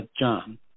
John